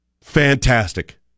Fantastic